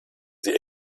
sie